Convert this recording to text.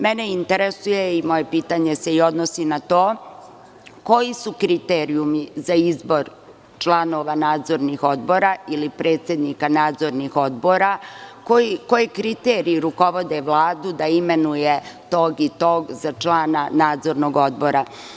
Mene interesuje i moje pitanje se i odnosi na to – koji su kriterijumi za izbor članova nadzornih odbora ili predsednika nadzornih odbora, koji kriteriji rukovode Vladu da imenuje tog i tog, za člana nadzornog odbora?